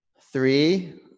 Three